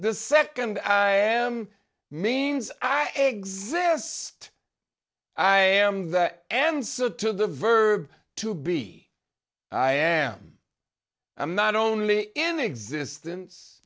the second i am means i exist i am the answer to the verb to be i am i'm not only in existence